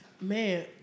Man